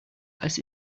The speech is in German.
als